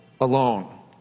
alone